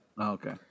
Okay